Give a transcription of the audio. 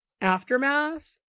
aftermath